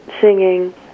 singing